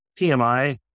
PMI